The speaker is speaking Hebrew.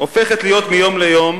הופכת להיות מיום ליום